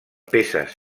peces